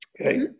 Okay